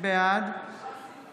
בעד